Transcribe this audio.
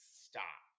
stop